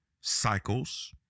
cycles